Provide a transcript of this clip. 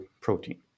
protein